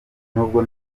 nubwo